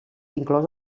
inclòs